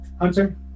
Hunter